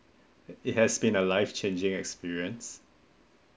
it it has been a life-changing experience